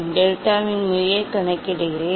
டெல்டாவின் செயல்பாடாக mu ஐக் கணக்கிடுங்கள்